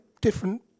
different